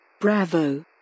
Bravo